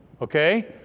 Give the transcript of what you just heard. okay